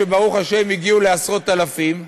שברוך השם הגיעו לעשרות אלפים,